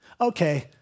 Okay